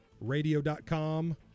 Radio.com